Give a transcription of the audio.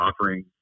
offering